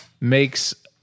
makes